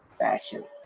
fashion.